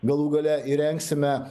galų gale įrengsime